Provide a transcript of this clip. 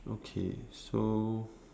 okay so